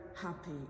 happy